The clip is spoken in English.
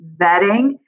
vetting